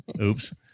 Oops